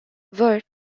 vert